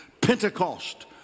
Pentecost